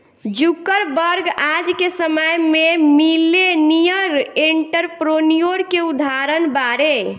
Zuckerberg आज के समय में मिलेनियर एंटरप्रेन्योर के उदाहरण बाड़े